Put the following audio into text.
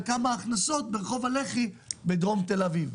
וכמה הכנסות ברחוב הלח"י בדרום תל אביב.